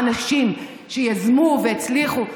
אני רואה אנשים שיזמו והצליחו.